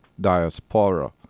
Diaspora